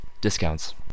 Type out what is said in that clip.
discounts